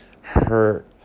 hurt